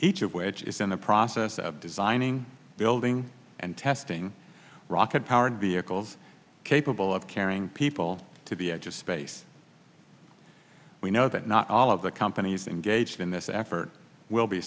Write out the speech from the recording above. each of which is in the process of designing building and testing rocket powered vehicles capable of carrying people to the edge of space we know that not all of the companies engaged in this effort will be